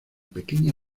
pequeña